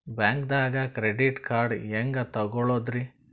ಬ್ಯಾಂಕ್ದಾಗ credit card ಹೆಂಗ್ ತಗೊಳದ್ರಿ?